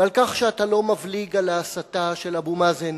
ועל כך שאתה לא מבליג על ההסתה של אבו מאזן